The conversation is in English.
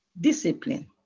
discipline